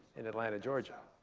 in atlanta, georgia.